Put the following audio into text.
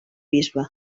bisbe